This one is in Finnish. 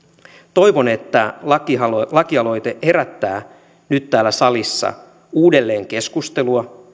toivon että lakialoite lakialoite herättää nyt täällä salissa uudelleen keskustelua